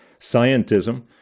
scientism